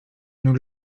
nous